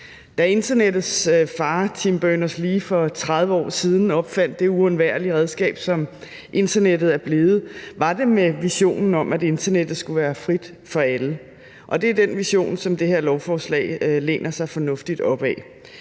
Da internettets far, Tim Berners-Lee, for 30 år siden opfandt det uundværlige redskab, som internettet er blevet, var det med visionen om, at internettet skulle være frit for alle, og det er den vision, som det her lovforslag læner sig fornuftigt op ad.